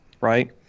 right